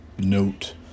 note